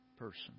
person